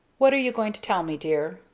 what are you going to tell me, dear?